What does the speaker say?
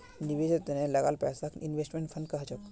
निवेशेर त न लगाल पैसाक इन्वेस्टमेंट फण्ड कह छेक